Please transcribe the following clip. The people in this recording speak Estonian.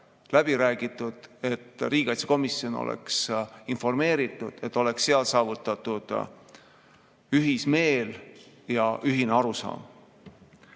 läbi räägitud, riigikaitsekomisjoni oleks informeeritud, oleks saavutatud üksmeel ja ühine arusaam.